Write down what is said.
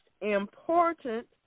important